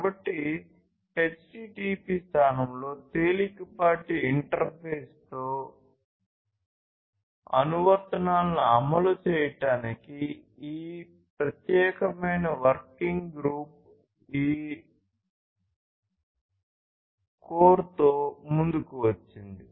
కాబట్టి హెచ్టిటిపి స్థానంలో తేలికపాటి ఇంటర్ఫేస్తో అనువర్తనాలను అమలు చేయడానికి ఈ ప్రత్యేకమైన వర్కింగ్ గ్రూప్ ఈ కోర్తో ముందుకు వచ్చింది